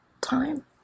time